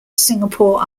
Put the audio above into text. singapore